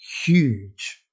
huge